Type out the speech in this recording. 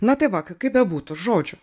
na tai va kaip bebūtų žodžiu